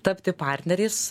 tapti partneriais